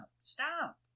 Stop